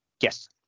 Yes